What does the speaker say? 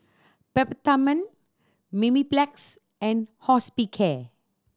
Peptamen Mepilex and Hospicare